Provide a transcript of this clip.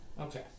Okay